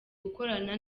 gukorana